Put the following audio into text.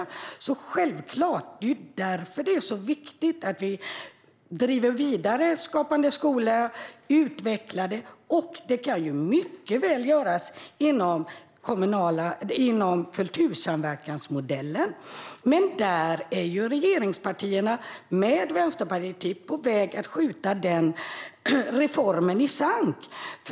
Det är därför det är viktigt att vi driver Skapande skola vidare och utvecklar det. Och det kan mycket väl göras inom kultursamverkansmodellen. Men den reformen är regeringspartierna tillsammans med Vänsterpartiet på väg att skjuta i sank.